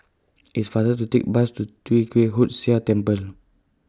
IT IS faster to Take Bus to Tee Kwee Hood Sia Temple